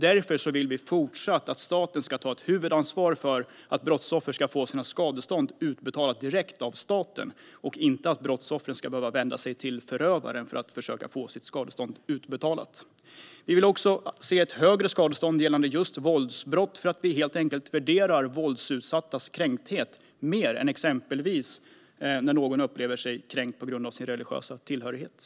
Därför vill vi att staten i fortsättningen ska ha huvudansvaret för att brottsoffer ska få sina skadestånd utbetalade av staten och inte att brottsoffren ska behöva vända sig till förövarna för att försöka få sina skadestånd utbetalade. Vi vill också se ett högre skadestånd gällande just våldsbrott eftersom vi helt enkelt värderar våldsutsattas kränkthet mer än exempelvis när någon upplever sig kränkt på grund av sin religiösa tillhörighet.